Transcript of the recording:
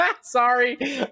Sorry